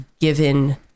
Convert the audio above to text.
given